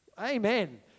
Amen